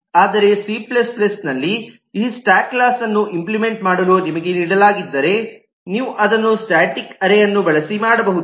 ಆದರೆ ಸಿC ನಲ್ಲಿ ಈ ಸ್ಟ್ಯಾಕ್ ಕ್ಲಾಸ್ಅನ್ನು ಇಂಪ್ಲಿಮೆಂಟ್ ಮಾಡಲು ನಿಮಗೆ ನೀಡಲಾಗಿದ್ದರೆ ನೀವು ಅದನ್ನು ಸ್ಟಾಟಿಕ್ ಅರೇಅನ್ನು ಬಳಸಿ ಮಾಡಬಹುದು